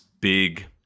big